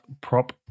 prop